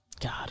God